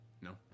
no